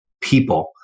people